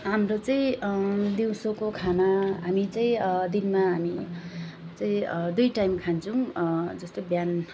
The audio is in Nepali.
हाम्रो चाहिँ दिउँसोको खाना हामी चाहिँ दिनमा हामी चाहिँ दुई टाइम खान्छौँ जस्तो बिहान